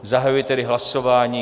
Zahajuji tedy hlasování.